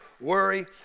worry